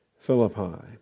Philippi